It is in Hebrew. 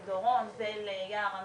אל דורון ואל יער אמיר,